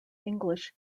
english